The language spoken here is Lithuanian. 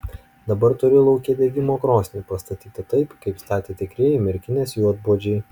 dabar turi lauke degimo krosnį pastatytą taip kaip statė tikrieji merkinės juodpuodžiai